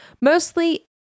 Mostly